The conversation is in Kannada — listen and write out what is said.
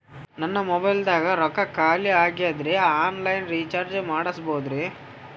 ನನ್ನ ಮೊಬೈಲದಾಗ ರೊಕ್ಕ ಖಾಲಿ ಆಗ್ಯದ್ರಿ ಆನ್ ಲೈನ್ ರೀಚಾರ್ಜ್ ಮಾಡಸ್ಬೋದ್ರಿ?